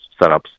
setups